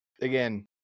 again